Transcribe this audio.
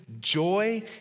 joy